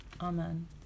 Amen